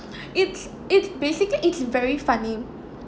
it's it's basically it's very funny